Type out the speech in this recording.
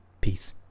Peace